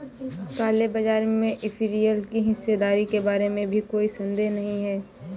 काले बाजार में इंपीरियल की हिस्सेदारी के बारे में भी कोई संदेह नहीं है